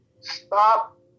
Stop